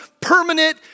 permanent